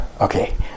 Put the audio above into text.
Okay